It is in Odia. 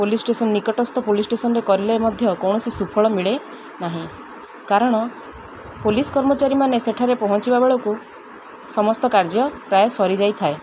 ପୋଲିସ୍ ଷ୍ଟେସନ୍ ନିକଟସ୍ଥ ପୋଲିସ୍ ଷ୍ଟେସନ୍ରେ କଲେ ମଧ୍ୟ କୌଣସି ସୁଫଳ ମିଳେ ନାହିଁ କାରଣ ପୋଲିସ୍ କର୍ମଚାରୀମାନେ ସେଠାରେ ପହଞ୍ଚିବା ବେଳକୁ ସମସ୍ତ କାର୍ଯ୍ୟ ପ୍ରାୟ ସରିଯାଇଥାଏ